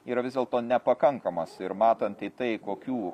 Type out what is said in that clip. yra vis dėlto nepakankamas ir matant į tai kokių